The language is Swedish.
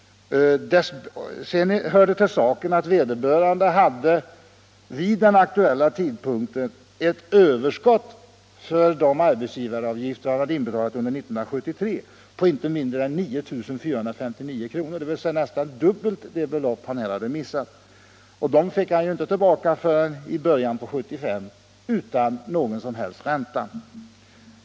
Det hör till saken att vederbörande vid den aktuella tidpunkten hade ett överskott för de arbetsgivaravgifter han hade inbetalat under 1973 på inte mindre än 9 459 kr., dvs. nästan dubbelt så mycket som det belopp han missade. De pengarna fick han inte tillbaka förrän i början av 1975, utan någon som helst ränta.